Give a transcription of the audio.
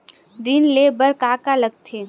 ऋण ले बर का का लगथे?